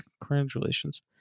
Congratulations